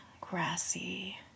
grassy